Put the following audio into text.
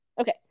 Okay